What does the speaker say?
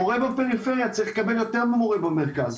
מורה בפריפריה צריך לקבל יותר ממורה במרכז.